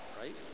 right